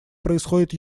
происходят